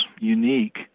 unique